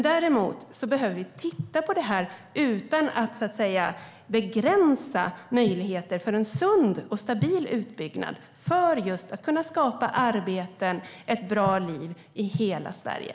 Däremot behöver vi titta på detta utan att begränsa möjligheterna till en sund och stabil utbyggnad, för att kunna skapa arbeten och ett bra liv i hela Sverige.